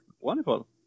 wonderful